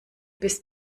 bis